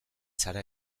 zara